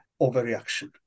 overreaction